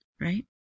right